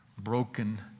broken